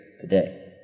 today